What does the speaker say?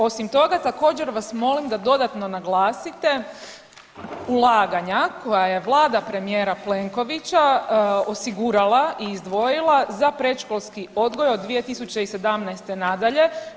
Osim toga, također vas molim da dodatno naglasite ulaganja koja je Vlada premijera Plenkovića osigurala i izdvojila za predškolski odgoj od 2017. na dalje.